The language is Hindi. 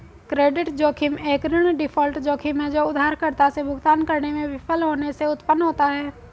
क्रेडिट जोखिम एक ऋण डिफ़ॉल्ट जोखिम है जो उधारकर्ता से भुगतान करने में विफल होने से उत्पन्न होता है